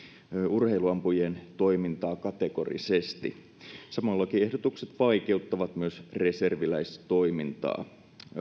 urheiluampujien toimintaa kategorisesti samoin lakiehdotukset vaikeuttavat myös reserviläistoimintaa